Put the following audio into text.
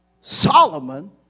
Solomon